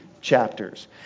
chapters